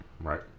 Right